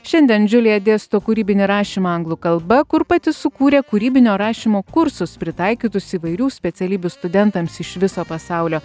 šiandien džiulija dėsto kūrybinį rašymą anglų kalba kur pati sukūrė kūrybinio rašymo kursus pritaikytus įvairių specialybių studentams iš viso pasaulio